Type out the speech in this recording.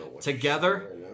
together